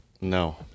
No